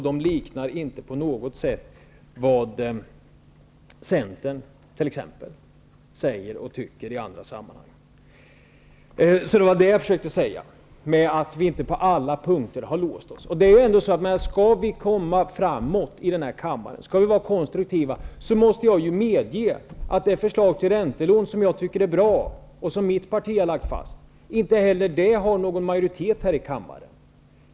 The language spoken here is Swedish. De liknar inte på något sätt vad t.ex. Centern säger och tycker i andra sammanhang. Det var vad jag försökte säga med att vi inte på alla punkter har låst oss. Skall vi vara konstruktiva i den här kammaren måste jag medge att det förslag till räntelån, som jag tycker är bra och som mitt parti har lagt fram, inte heller har någon majoritet i denna kammare.